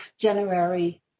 january